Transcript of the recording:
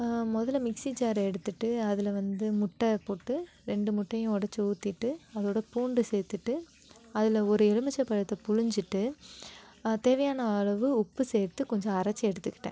முதல மிக்சி ஜாரை எடுத்துகிட்டு அதில் வந்து முட்டை போட்டு ரெண்டு முட்டையை உடச்சி ஊற்றிட்டு அதோட பூண்டு சேர்த்துட்டு அதில் ஒரு எலுமிச்சை பழத்தை பிழிஞ்சிட்டு தேவையான அளவு உப்பு சேர்த்து கொஞ்சம் அரைச்சு எடுத்துகிட்டேன்